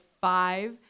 five